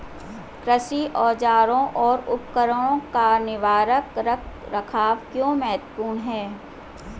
कृषि औजारों और उपकरणों का निवारक रख रखाव क्यों महत्वपूर्ण है?